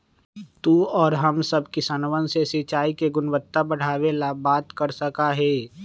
तू और हम सब किसनवन से सिंचाई के गुणवत्ता बढ़ावे ला बात कर सका ही